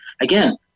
Again